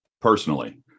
personally